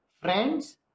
friends